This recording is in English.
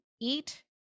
eat